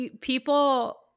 people